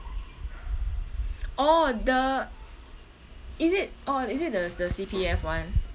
oh the is it oh is it the the C_P_F [one]